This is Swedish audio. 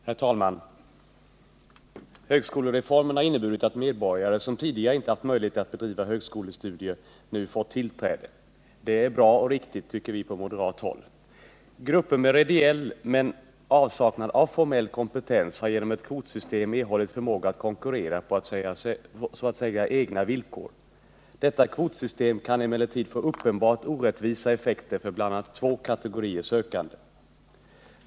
Herr talman! Högskolereformen har inneburit att medborgare som tidigare inte haft möjlighet att bedriva högskolestudier nu fått tillträde. Det är bra och riktigt, tycker vi på moderat håll. Grupper med reell men utan formell kompetens har genom ett kvotsystem erhållit förmåga att konkurrera på så att säga egna villkor. Detta kvotsystem kan emellertid få uppenbart orättvisa effekter för bl.a. två kategorier sökande.